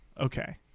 Okay